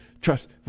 trust